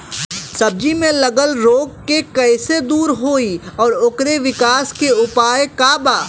सब्जी में लगल रोग के कइसे दूर होयी और ओकरे विकास के उपाय का बा?